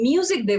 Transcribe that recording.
Music